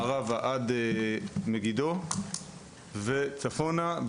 מערבה עד מגידו וצפונה,